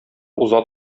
уза